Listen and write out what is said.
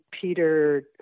Peter